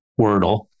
wordle